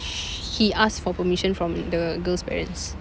sh~ he asked for permission from the girl's parents